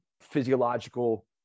physiological